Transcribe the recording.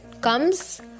comes